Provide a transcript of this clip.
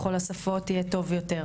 בכל השפות יהיה טוב יותר,